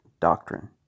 doctrine